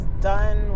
done